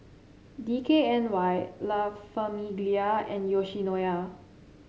D K N Y La Famiglia and Yoshinoya